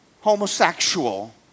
homosexual